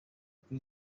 kuri